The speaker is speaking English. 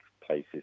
places